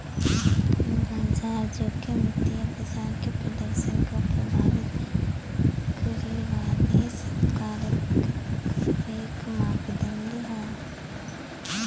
बाजार जोखिम वित्तीय बाजार के प्रदर्शन क प्रभावित करे वाले सब कारक क एक मापदण्ड हौ